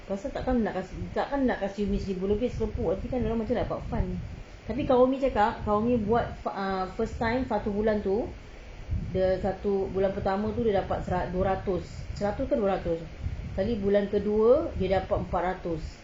lepas tu takkan nak kasih umi seribu lebih seh nanti kan dia orang mesti nak dapat fund tapi kalau umi cakap kalau umi buat ah fund satu bulan tu dia satu bulan pertama tu dia dapat dua ratus seratus tu dua ratus sekali bulan kedua dia dapat empat ratus